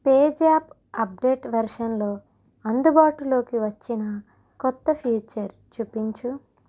PayZapp update వెర్షన్లో అందుబాటులోకి వచ్చిన కొత్త ఫీచర్ చూపించు